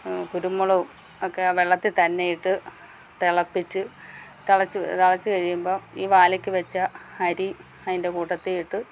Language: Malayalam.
കുരുമുളകും ഒക്കെ വെള്ളത്തിത്തന്നെയിട്ട് തിളപ്പിച്ച് തിളച്ച് തിളച്ച് കഴിയുമ്പം ഈ വാലയ്ക്ക് വെച്ച അരി അതിന്റെ കൂട്ടത്തിയിട്ട്